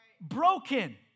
broken